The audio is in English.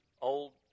old